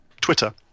twitter